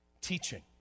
teaching